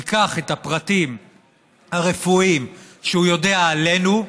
ייקח את הפרטים הרפואיים שהוא יודע עלינו,